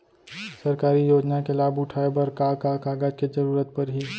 सरकारी योजना के लाभ उठाए बर का का कागज के जरूरत परही